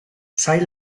sail